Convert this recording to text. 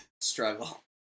struggle